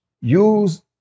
Use